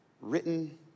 written